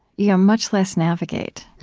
yeah much less navigate.